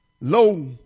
low